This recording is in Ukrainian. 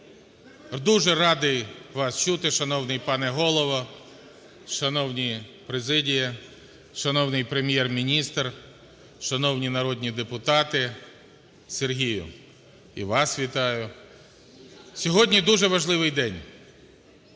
Дуже радий вас чути, шановний пане Голово, шановна президія, шановний Прем'єр-міністре, шановні народні депутати! Сергію, і вас вітаю! Сьогодні дуже важливий день.